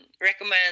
recommend